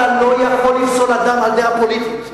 שמעת אותי, אתה לא יכול לפסול אדם על דעה פוליטית.